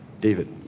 David